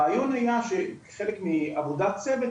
הרעיון היה כחלק מעבודת צוות